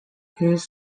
his